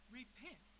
repent